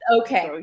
Okay